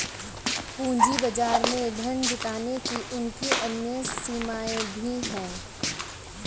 पूंजी बाजार में धन जुटाने की उनकी अन्य सीमाएँ भी हैं